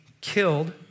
killed